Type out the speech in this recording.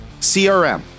CRM